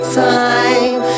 time